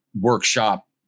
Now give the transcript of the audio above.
workshop